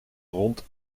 rond